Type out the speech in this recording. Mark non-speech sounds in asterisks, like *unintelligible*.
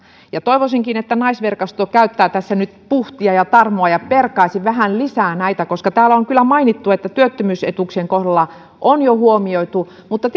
toivoisinkin että naisverkosto käyttäisi tässä nyt puhtia ja tarmoa ja perkaisi vähän lisää näitä koska täällä on on kyllä mainittu että työttömyysetuuksien kohdalla tämä on jo huomioitu mutta *unintelligible*